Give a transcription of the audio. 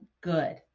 good